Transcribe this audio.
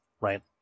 right